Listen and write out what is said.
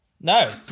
No